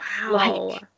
Wow